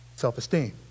self-esteem